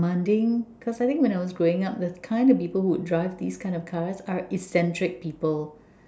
commanding cause I think when I'm growing up the kind of people who drive these kinda cars are eccentric people